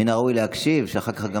מן הראוי להקשיב, שאחר כך גם